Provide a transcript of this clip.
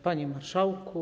Panie Marszałku!